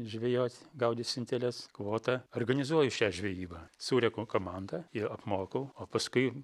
žvejot gaudyt stinteles kvotą organizuoju šią žvejybą sureku kamandą ir apmokau o paskui